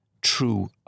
true